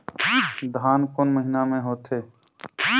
धान कोन महीना मे होथे?